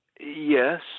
yes